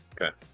Okay